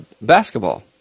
basketball